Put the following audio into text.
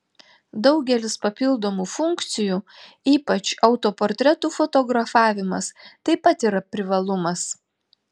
daugelis papildomų funkcijų ypač autoportretų fotografavimas taip pat yra privalumas